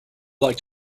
like